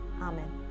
Amen